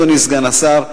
אדוני סגן השר,